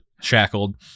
Shackled